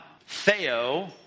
Theo